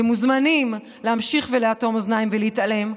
אתם מוזמנים להמשיך ולאטום אוזניים ולהתעלם,